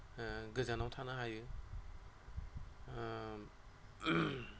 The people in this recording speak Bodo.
गोजानाव थानो हायो